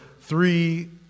three